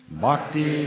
bhakti